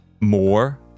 more